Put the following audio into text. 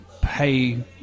pay